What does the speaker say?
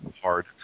hard